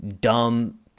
dumb